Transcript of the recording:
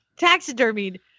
taxidermied